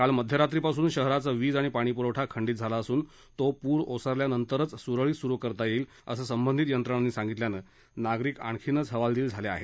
काल मध्यरात्रीपासून शहराचा वीज आणि पाणीपुरवठा खंडित झाला असून तो पूर ओसरल्यानंतरच सुरळित सुरू करता येईल असं संबंधित यंत्रणांनी सांगितल्यामुळे नागरीक आणखीच हवालदिल झाले आहेत